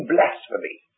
Blasphemy